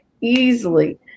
easily